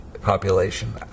population